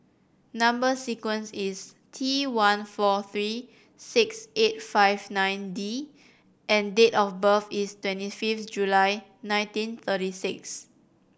number sequence is T one four three six eight five nine D and date of birth is twenty fifth July nineteen thirty six